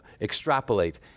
extrapolate